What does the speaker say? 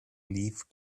leaf